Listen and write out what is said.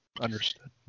understood